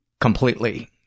Completely